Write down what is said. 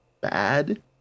bad